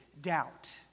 doubt